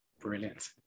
Brilliant